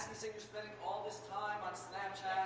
spending all this time on snapchat,